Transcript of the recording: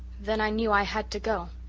then i knew i had to go.